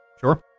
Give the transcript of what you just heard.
Sure